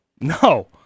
No